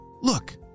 Look